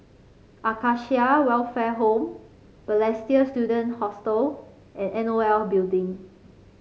Acacia Welfare Home Balestier Student Hostel and N O L Building